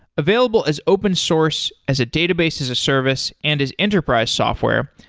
available as open source as a database as a service and as enterprise software,